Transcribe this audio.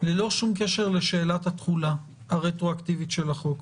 ללא שום קשר לשאלת התחולה הרטרואקטיבית של החוק.